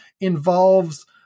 involves